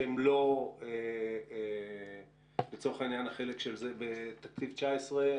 שהם לא לצורך העניין החלק של זה בתקציב 19',